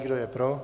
Kdo je pro?